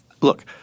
Look—